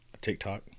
TikTok